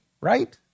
right